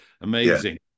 amazing